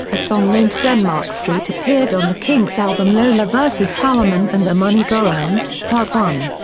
a song named denmark street appeared on the kinks' album lola versus powerman and the moneygoround, part one.